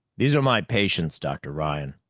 these are my patients, dr. ryan.